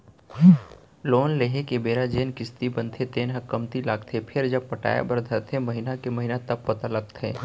loan लेए के बेरा जेन किस्ती बनथे तेन ह कमती लागथे फेरजब पटाय बर धरथे महिना के महिना तब पता लगथे